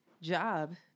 job